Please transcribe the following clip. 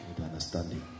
understanding